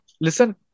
listen